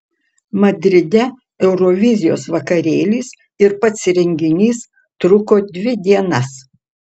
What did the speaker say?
madride eurovizijos vakarėlis ir pats renginys truko dvi dienas